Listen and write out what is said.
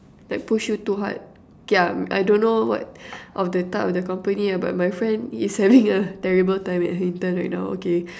like push you too hard K lah I don't know what of the type of the company lah but my friend is having a terrible time at intern right now okay